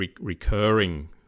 recurring